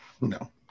No